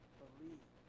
believe